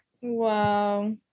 Wow